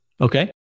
okay